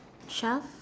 Shaf